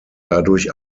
dadurch